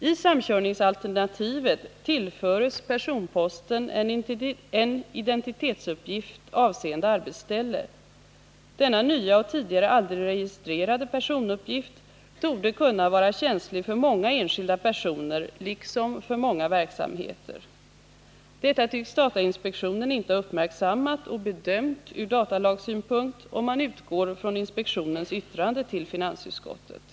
I samkörningsalternativet tillföres personposten en identitetsuppgift avseende arbetsställe. Denna nya och tidigare aldrig registrerade personuppgift torde kunna vara känslig för många enskilda personer liksom för många verksamheter. Detta tycks datainspektionen inte ha uppmärksammat och bedömt ur datalagssynpunkt, om man utgår från inspektionens yttrande till finansutskottet.